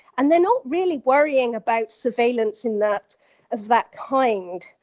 and then not really worrying about surveillance in that of that kind.